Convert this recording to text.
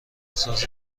ساز